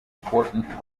important